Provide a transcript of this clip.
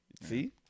See